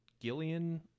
Gillian